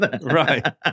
Right